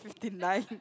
deny